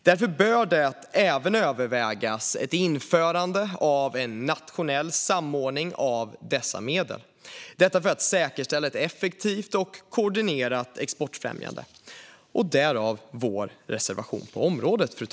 Därför bör det även övervägas ett införande av en nationell samordning av dessa medel för att säkerställa ett effektivt och koordinerat exportfrämjande. Därav vår reservation på området.